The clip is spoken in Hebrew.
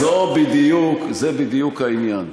חברת הכנסת זנדברג, את יודעת, זה בדיוק העניין.